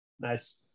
nice